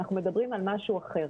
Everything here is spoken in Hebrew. אנחנו מדברים על משהו אחר.